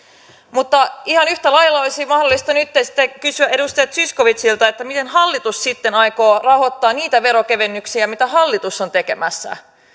mutta ihan yhtä lailla olisi mahdollista nytten sitten kysyä edustaja zyskowiczilta miten hallitus sitten aikoo rahoittaa niitä veronkevennyksiä mitä hallitus on tekemässä